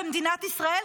במדינת ישראל,